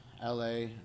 LA